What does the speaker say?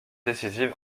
décisive